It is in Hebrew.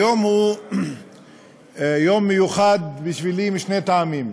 היום הוא יום מיוחד בשבילי משני טעמים: